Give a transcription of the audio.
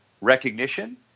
recognition